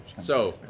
so.